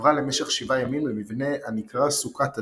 ועברה למשך שבעה ימים למבנה הנקרא "סוכת הדם",